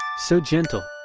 so gentle,